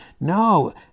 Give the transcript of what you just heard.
No